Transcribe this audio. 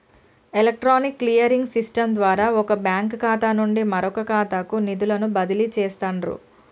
electronic clearing system ద్వారా వొక bank ఖాతా నుండి మరొకఖాతాకు నిధులను బదిలీ చేస్తండ్రు